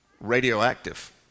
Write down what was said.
Radioactive